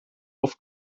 auf